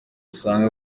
asanga